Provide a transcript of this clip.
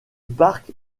parc